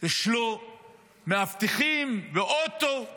יש לו מאבטחים ואוטו,